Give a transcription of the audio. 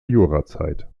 jurazeit